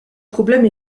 problème